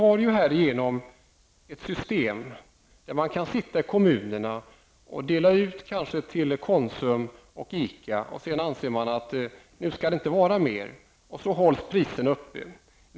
Vi har härigenom ett system som innebär att man i kommunerna kan dela ut tillstånd till t.ex. Konsum och ICA och sedan anse att det inte skall finnas fler butiker. Så hålls priserna uppe.